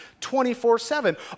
24-7